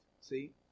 see